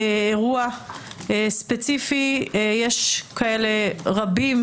לצערנו הרב יש כאלה רבים,